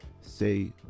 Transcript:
Say